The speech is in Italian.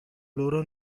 loro